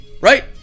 Right